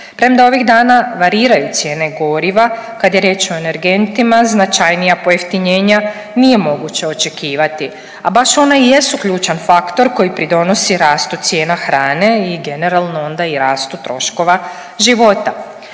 Premda ovih dana variraju cijene goriva kad je riječ o energentima značajnija pojeftinjenja nije moguće očekivati, a baš ona i jesu ključan faktor koji pridonosi rastu cijena hrane i generalno onda i rastu troškova života.